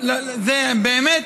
באמת,